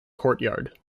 courtyard